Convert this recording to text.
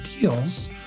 deals